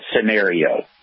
scenario